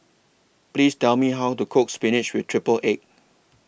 Please Tell Me How to Cook Spinach with Triple Egg